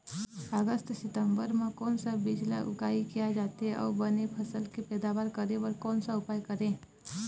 अगस्त सितंबर म कोन सा बीज ला उगाई किया जाथे, अऊ बने फसल के पैदावर करें बर कोन सा उपाय करें?